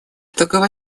такова